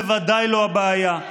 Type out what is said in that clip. הוא בוודאי לא הבעיה,